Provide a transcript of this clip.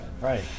Right